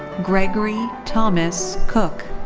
gregory thomas cooke.